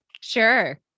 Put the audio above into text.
Sure